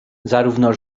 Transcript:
zarówno